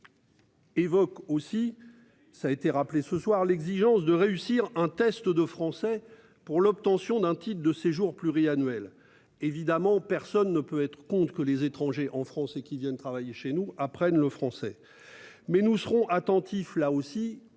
Évoque aussi ça été rappelé ce soir, l'exigence de réussir un test de français pour l'obtention d'un titre de séjour pluri-annuel évidemment personne ne peut être compte que les étrangers en France et qui viennent travailler chez nous apprennent le français mais nous serons attentifs là aussi